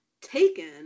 taken